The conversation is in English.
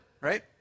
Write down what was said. right